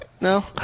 no